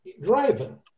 driving